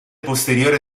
posteriore